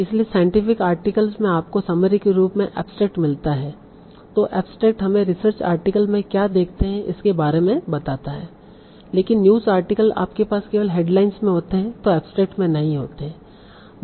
इसलिए scientific articles में आपको समरी के रूप में एब्सट्रैक्ट मिलता है तों एब्सट्रैक्ट हमें रिसर्च आर्टिकल में क्या देखते हैं इसके बारे में बताता हैं लेकिन न्यूज़ आर्टिकल आपके पास केवल हेडलाइंस में होते हैं वो एब्सट्रैक्ट में नहीं होते हैं